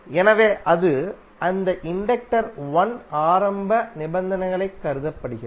எனவே அது அந்த இண்டக்டர் 1 ஆரம்ப நிபந்தனையாகக் கருதப்படுகிறது